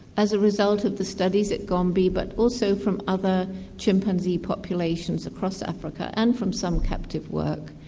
as a result of the studies at gombe but also from other chimpanzee populations across africa and from some captive work,